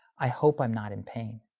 i hope i'm not in pain.